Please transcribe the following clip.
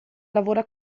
lavora